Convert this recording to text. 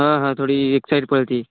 हां हां थोडी एक साईड पळते